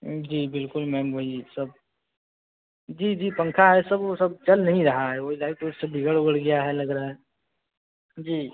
जी बिल्कुल मैम वही सब जी जी पंखा है सब वह सब चल नहीं रहा है वही लाइट उइट सब बिगड़ उगड़ गया है लग रहा है जी